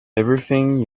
everything